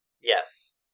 Yes